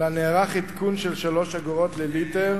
אלא נערך עדכון של 3 אגורות לליטר,